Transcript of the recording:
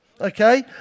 okay